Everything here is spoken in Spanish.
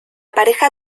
pareja